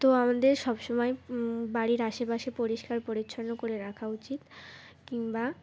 তো আমাদের সব সময় বাড়ির আশেপাশে পরিষ্কার পরিচ্ছন্ন করে রাখা উচিত কিংবা